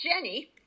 Jenny